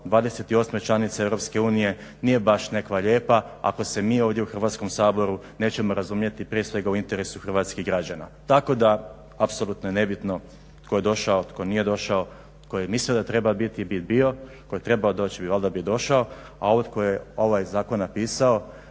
28. članice EU nije baš nekakva lijepa ako se mi ovdje u Hrvatskom saboru nećemo razumjeti, prije svega u interesu hrvatskih građana. Tako da apsolutno je nebitno tko je došao, tko nije došao. Tko je mislio da treba biti bi bio, tko je trebao doći valjda bi došao a ovo tko je ovaj zakon napisao